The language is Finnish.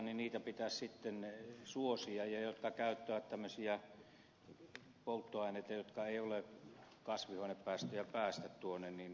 esimerkiksi niitä aloja jotka eivät saastuta jotka käyttävät tämmöisiä polttoaineita jotka eivät kasvihuonekaasuja päästä pitäisi sitten suosia